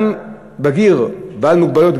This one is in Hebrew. גם בגיר בעל מוגבלות,